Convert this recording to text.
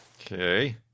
Okay